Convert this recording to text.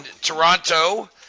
Toronto